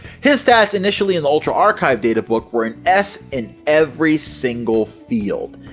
his stats initially in the ultra archive databook were an s in every single field.